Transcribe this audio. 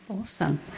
Awesome